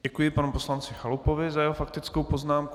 Děkuji panu poslanci Chalupovi za jeho faktickou poznámku.